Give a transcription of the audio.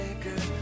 good